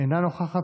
אינה נוכחת.